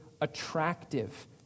attractive